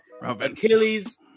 achilles